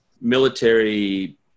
military